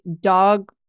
dog